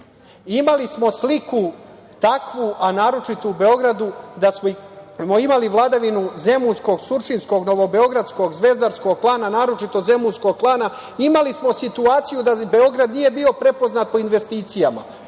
sliku. Imali smo sliku takvu, a naročito u Beogradu da smo imali vladavinu zemunskog, surčinskog, novobeogradskog, zvezdarskog klana, naročito zemunskog klana. Imali smo situaciju da Beograd nije bio prepoznat po investicijama,